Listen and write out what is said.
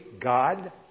God